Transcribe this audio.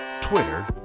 Twitter